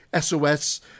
SOS